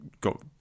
got